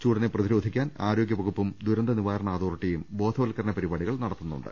ചൂടിനെ പ്രതിരോധിക്കാൻ ആരോഗ്യ വകുപ്പും ദുരന്ത നിവാരണ അതോറ്റിറ്റിയും ബോധവത്കരണ പരിപാടികൾ നടത്തുന്നുണ്ട്